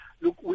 look